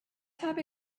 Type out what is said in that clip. have